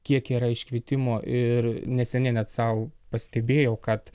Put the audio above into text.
kiek yra iškvietimo ir neseniai net sau pastebėjau kad